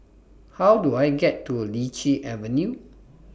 How Do I get to Lichi Avenue